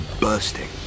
bursting